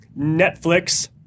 Netflix